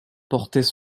portaient